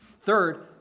Third